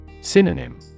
Synonym